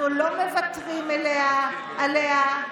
אנחנו לא מוותרים עליה,